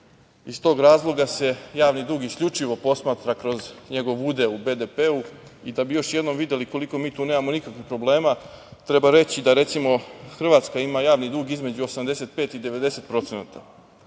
tog razloga se javni dug isključivo posmatra kroz njegov udeo u BDP-u. I da bi još jednom videli koliko mi tu nemamo nikakvih problema, treba reći da recimo Hrvatska ima javni dug između 85-90%, da